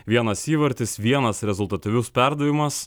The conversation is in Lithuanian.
vienas įvartis vienas rezultatyvus perdavimas